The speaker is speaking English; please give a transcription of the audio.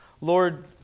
Lord